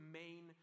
main